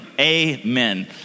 Amen